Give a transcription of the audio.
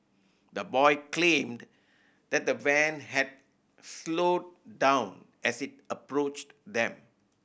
the boy claimed that the van had slowed down as it approached them